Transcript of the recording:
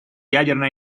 ядерной